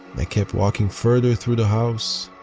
i kept walking further through the house,